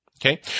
Okay